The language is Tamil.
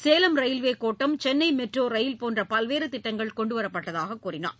சேலம் ரயில்வே கோட்டம் சென்னை மெட்ரோ ரயில் போன்ற பல்வேறு திட்டங்கள் கொண்டு வரப்பட்டதாகக் கூறினார்